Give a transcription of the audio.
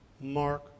Mark